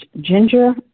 ginger